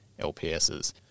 LPSs